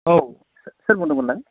औ सोर बुंदों मोनलाय